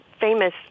famous